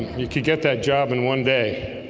you could get that job in one day